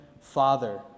Father